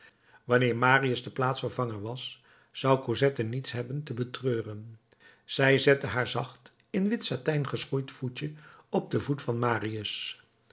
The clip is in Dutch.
wanneer marius de plaatsvervanger was zou cosette niets hebben te betreuren zij zette haar zacht in wit satijn geschoeid voetje op den voet van marius